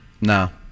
No